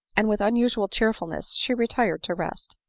and with unusual cheerfulness she retired to rest.